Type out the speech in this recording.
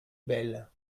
bel